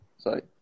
Sorry